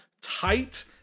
tight